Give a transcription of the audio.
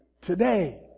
today